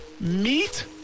Meat